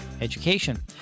education